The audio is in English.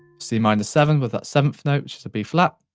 c minus seven, we've got seventh notes, b flat.